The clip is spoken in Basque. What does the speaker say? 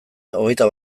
hogeita